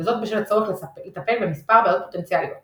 וזאת בשל הצורך לטפל במספר בעיות פוטנציאליות